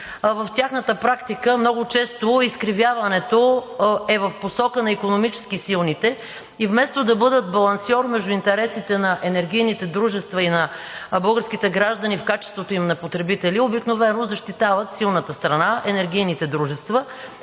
В тяхната практика много често изкривяването е в посока на икономически силните и вместо да бъдат балансьор между интересите на енергийните дружества и на българските граждани в качеството им на потребители, обикновено защитават силната страна – енергийните дружества.